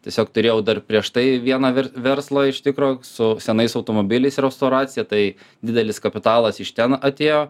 tiesiog turėjau dar prieš tai vieną verslą iš tikro su senais automobiliais restauracija tai didelis kapitalas iš ten atėjo